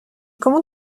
comment